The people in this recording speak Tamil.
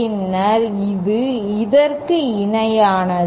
பின்னர் இது இதற்கு இணையானது